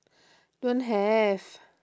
don't have